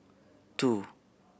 two